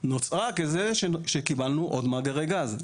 נוצרה כי קיבלנו עוד מאגרי גז.